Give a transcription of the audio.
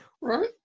Right